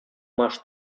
masz